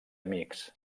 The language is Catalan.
amics